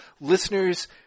Listeners